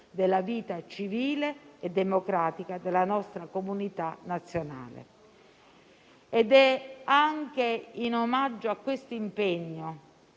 della vita civile e democratica della nostra comunità nazionale. Ed è anche in omaggio a questo impegno